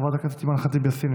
חברת הכנסת אימאן ח'טיב יאסין,